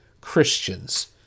Christians